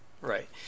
Right